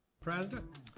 President